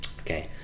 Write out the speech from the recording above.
Okay